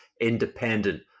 independent